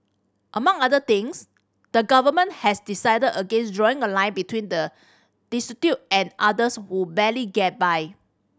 among other things the Government has decided against drawing a line between the destitute and others who barely get by